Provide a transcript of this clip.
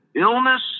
illness